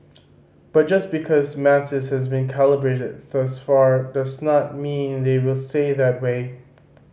but just because matters have been calibrated thus far does not mean they will stay that way